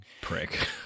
prick